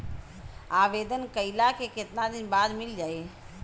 आवेदन कइला के कितना दिन बाद मिल जाई?